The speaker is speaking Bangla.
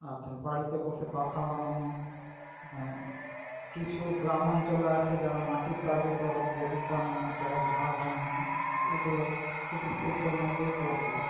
আচ্ছা বাড়িতে বসে পাখা বানানো কিছু গ্রামাঞ্চল আছে যারা মাটির কাজও করে প্রদীপ বানানো চায়ের ভাঁড় বানানো এগুলো কুটিরশিল্পের মধ্যেই পড়ছে